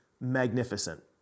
magnificent